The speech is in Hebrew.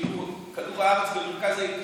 שכאילו כדור הארץ הוא במרכז היקום,